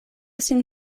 sin